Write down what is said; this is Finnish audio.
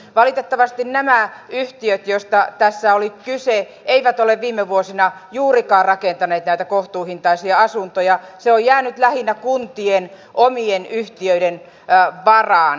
valitettavasti nämä yhtiöt joista tässä oli kyse eivät ole viime vuosina juurikaan rakentaneet näitä kohtuuhintaisia asuntoja se on jäänyt lähinnä kuntien omien yhtiöiden varaan